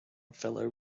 fellow